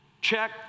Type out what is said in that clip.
check